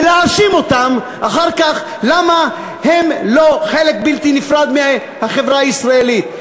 ולהאשים אותם אחר כך למה הם לא חלק בלתי נפרד מהחברה הישראלית.